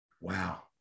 Wow